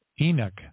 Enoch